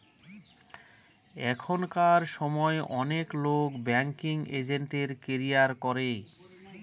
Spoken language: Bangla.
এখনকার সময় অনেক লোক ব্যাঙ্কিং এজেন্টের ক্যারিয়ার করে